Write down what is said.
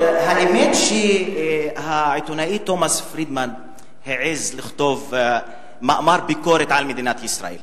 האמת היא שהעיתונאי תומס פרידמן העז לכתוב מאמר ביקורת על מדינת ישראל,